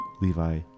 Levi